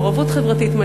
מעורבות חברתית,